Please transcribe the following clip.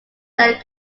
than